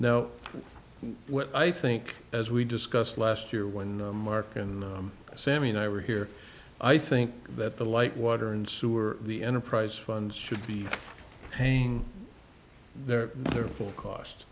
now i think as we discussed last year when mark and sammy and i were here i think that the light water and sewer the enterprise funds should be paying their their full cost